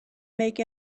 make